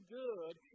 good